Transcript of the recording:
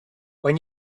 when